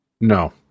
No